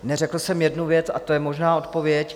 Neřekl jsem jednu věc, a to je možná odpověď.